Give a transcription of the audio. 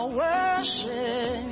worship